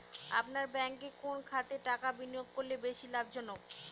আপনার ব্যাংকে কোন খাতে টাকা বিনিয়োগ করলে বেশি লাভজনক?